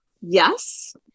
yes